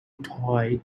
toy